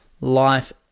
life